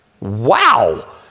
Wow